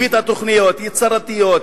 הבאת תוכניות יצירתיות,